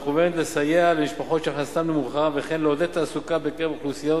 מכוונת לסייע למשפחות שהכנסתן נמוכה וכן לעודד תעסוקה בקרב אוכלוסיות